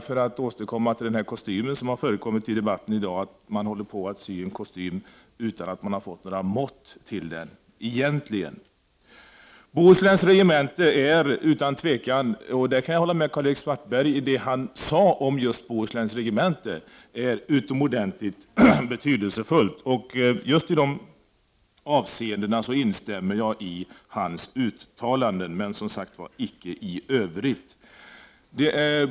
För att återkomma till den kostym som det talas om i debatten i dag kan man nog säga att man nu håller på att sy en kostym som man egentligen har fått några mått till. Jag kan hålla med Karl-Erik Svartberg om det han sade just om Bohusläns regemente, nämligen att det är ett utomordentligt betydelsefullt regemente. Just i de avseendena instämmer jag i hans uttalanden, men som sagt inte i övrigt.